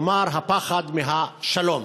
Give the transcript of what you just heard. כלומר הפחד מהשלום.